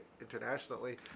internationally